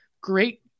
great